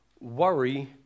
Worry